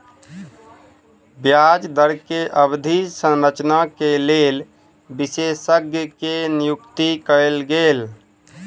ब्याज दर के अवधि संरचना के लेल विशेषज्ञ के नियुक्ति कयल गेल